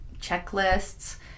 checklists